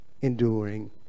enduring